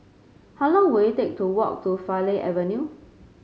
how long will it take to walk to Farleigh Avenue